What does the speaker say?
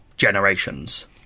generations